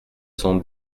cent